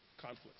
conflicts